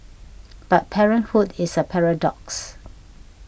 but parenthood is a paradox